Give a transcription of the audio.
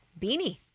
beanie